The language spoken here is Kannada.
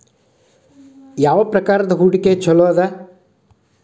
ಯಾವ ಪ್ರಕಾರದ ಹೂಡಿಕೆ ಚೊಲೋ ಅದ